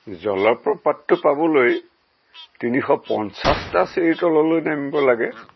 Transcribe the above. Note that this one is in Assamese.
জলপ্ৰপাতটো পাবলৈ তিনিশ পঞ্চাছটা চিৰি তললৈ নামিব লাগে